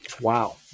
Wow